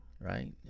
right